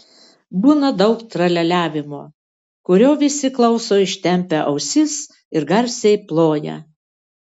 būna daug tralialiavimo kurio visi klauso ištempę ausis ir garsiai ploja